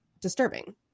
disturbing